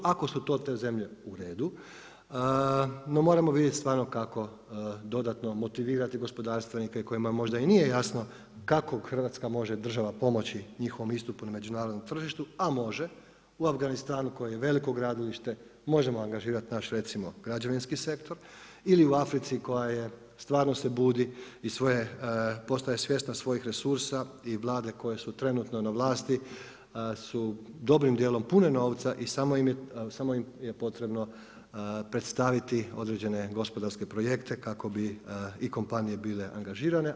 Ako su to te zemlje u redu, no moramo vidjet stvarno kako dodatno motivirati gospodarstvenike kojima možda i nije jasno kako Hrvatska može država pomoći njihovom istupu na međunarodnom tržištu, a može u Afganistanu koje je veliko gradilište možemo angažirati naš recimo građevinski sektor, ili u Africi koja stvarno se budi, postaje svjesna svojih resursa i Vlade koje su trenutno na vlasti su dobrim djelom pune novca i samo im je potrebno predstaviti određene gospodarske projekte kako bi i kompanije bile angažirane.